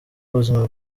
ubuzima